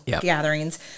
gatherings